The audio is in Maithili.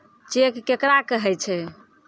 चेक केकरा कहै छै?